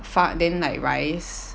饭 then like rice